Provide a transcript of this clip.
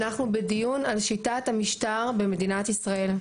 אנחנו בדיון על שיטת המשטר במדינת ישראל,